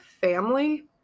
family